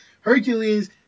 Hercules